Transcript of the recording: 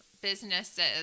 businesses